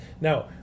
Now